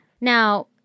Now